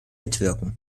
mitwirken